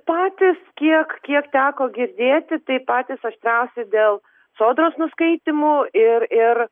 patys kiek kiek teko girdėti tai patys aštriausi dėl sodros nuskaitymų ir ir